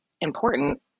important